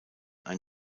ein